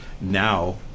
now